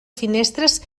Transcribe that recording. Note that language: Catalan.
finestres